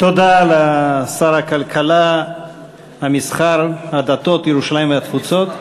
תודה לשר הכלכלה, המסחר, הדתות, ירושלים והתפוצות.